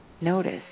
notice